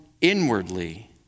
inwardly